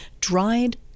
dried